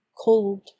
cold